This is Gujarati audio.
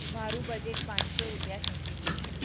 મારું બજેટ પાંચસો રૂપિયા સુધીનું છે